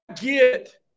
get